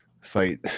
fight